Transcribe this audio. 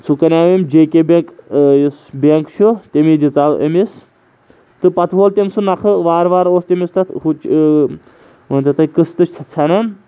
سُہ کریو أمۍ جے کے بینٛک یُس بیںٛک چھُ تٔمی دِژیو أمِس تہٕ پَتہٕ وول تٔمۍ سُہ نَکھہٕ وارٕ وارٕ اوس تٔمِس تَتھ ہُہ مٲنتو تُہۍ قٕسطہٕ چھِس ژھٮ۪نان